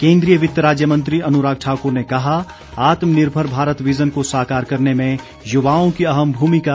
केन्द्रीय वित्त राज्य मंत्री अनुराग ठाकुर ने कहा आत्मनिर्भर भारत विज़न को साकार करने में युवाओं की अहम भूमिका